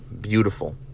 Beautiful